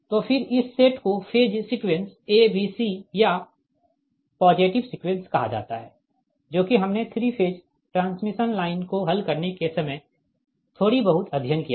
तोफिर इस सेट को phase sequence a b c या पॉजिटिव सीक्वेंस कहा जाता है जो कि हमने 3 फेज ट्रांसमिशन लाइन को हल करने के समय थोड़ी बहुत अध्ययन किया है